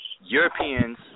Europeans